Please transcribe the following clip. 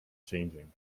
changing